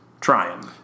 trying